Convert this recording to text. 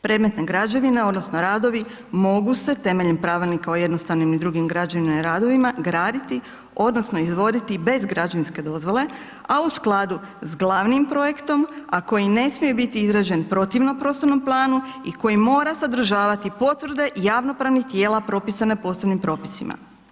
Predmetna građevina odnosno radovi mogu se temeljem Pravilnika o jednostavnim i drugim građevinama i radovima, graditi odnosno izvoditi bez građevinske dozvole a u skladu s glavnim projektom a koji ne smije biti izražen protivno poslovnom planu i koja mora sadržavati potvrde javno-pravnih tijela propisane posebnim propisima.